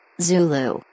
Zulu